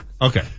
Okay